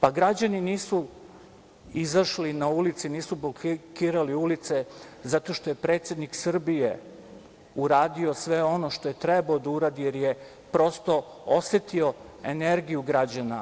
Pa, građani nisu izašli na ulice i nisu blokirali ulice zato što je predsednik Srbije uradio sve ono što je trebalo da uradi jer je prosto osetio energiju građana.